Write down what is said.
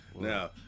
Now